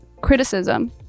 criticism